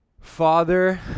Father